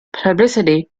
publicity